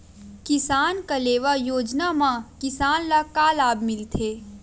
किसान कलेवा योजना म किसान ल का लाभ मिलथे?